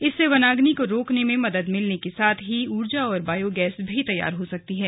इससे वनाग्नि को रोकने में मदद मिलने के साथ ही ऊर्जा और ंबायोगैस भी तैयार हो सकती है